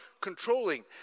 controlling